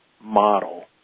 model